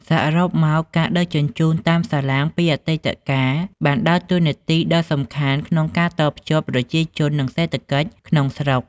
សរុបមក ការដឹកជញ្ជូនតាមសាឡាងពីអតីតកាលបានដើរតួនាទីដ៏សំខាន់ក្នុងការតភ្ជាប់ប្រជាជននិងសេដ្ឋកិច្ចក្នុងស្រុក។